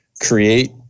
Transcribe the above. create